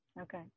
Okay